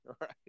right